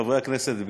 חברי הכנסת,